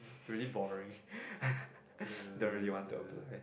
really boring don't really want to apply